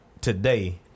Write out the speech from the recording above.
today